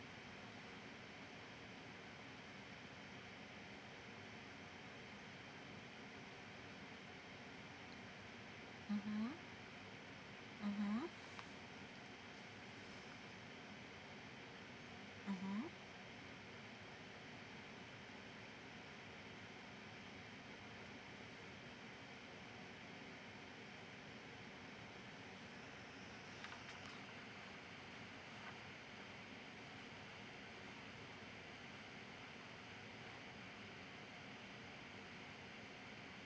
mmhmm mmhmm mmhmm